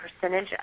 percentage